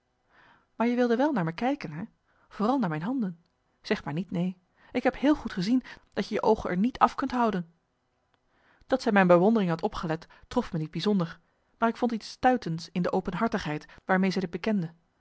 maar je wilde wel naar me kijken hè vooral naar mijn handen zeg maar niet neen ik heb heel goed gezien dat je je oogen er niet af kunt houden dat zij mijn bewondering had opgelet trof me niet bijzonder maar ik vond iets stuitends in de openhartigheid waarmee zij dit bekende